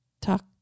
Talk